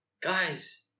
Guys